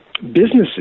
businesses